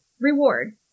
Reward